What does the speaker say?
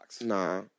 Nah